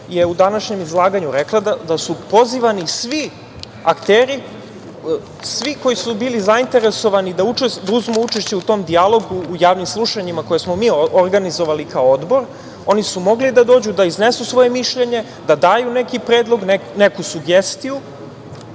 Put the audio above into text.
je u današnjem izlaganju rekla da su pozivani svi akteri, svi koji su bili zainteresovani da uzmu učešće u tom dijalogu, u javnim slušanjima koje smo mi organizovali kao Odbor. Oni su mogli da dođu da iznesu svoje mišljenje, da daju neki predlog, neku sugestiju. Želim